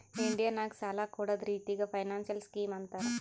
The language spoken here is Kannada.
ಇಂಡಿಯಾ ನಾಗ್ ಸಾಲ ಕೊಡ್ಡದ್ ರಿತ್ತಿಗ್ ಫೈನಾನ್ಸಿಯಲ್ ಸ್ಕೀಮ್ ಅಂತಾರ್